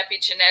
epigenetic